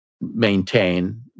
maintain